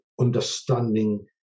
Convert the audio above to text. understanding